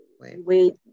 wait